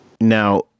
now